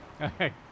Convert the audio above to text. Okay